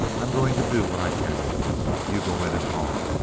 i'm going to do what i can with him. you go in and talk.